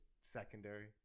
secondary